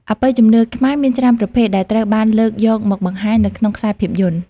អបិយជំនឿខ្មែរមានច្រើនប្រភេទដែលត្រូវបានលើកយកមកបង្ហាញនៅក្នុងខ្សែភាពយន្ត។